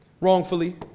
wrongfully